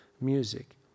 music